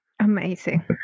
amazing